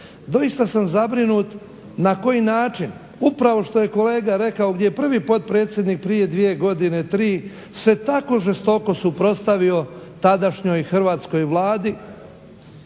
doista sam zabrinut na koji način upravo što je kolega rekao gdje je prvi potpredsjednik prije 2 godine, 3, se tako žestoko suprotstavio tadašnjoj Hrvatskoj vladi